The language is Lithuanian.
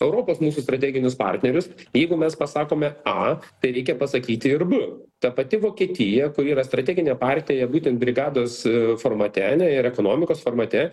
europos mūsų strateginius partnerius jeigu mes pasakome a tai reikia pasakyti ir b ta pati vokietija kuri yra strateginė partnerė būtent brigados formate ir ekonomikos formate